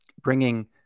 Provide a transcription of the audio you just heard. bringing